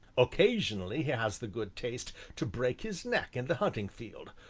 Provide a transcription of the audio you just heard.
occasionally he has the good taste to break his neck in the hunting field,